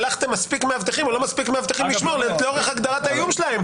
שלחתם מספיק מאבטחים או לא מספיק מאבטחים לשמור לצורך הגדרת האיום שלהם?